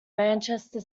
manchester